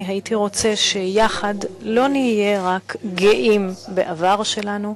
אני הייתי רוצה שיחד לא נהיה רק גאים בעבר שלנו,